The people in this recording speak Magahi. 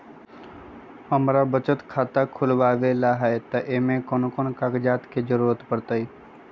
हमरा बचत खाता खुलावेला है त ए में कौन कौन कागजात के जरूरी परतई?